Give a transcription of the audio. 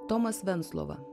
tomas venclova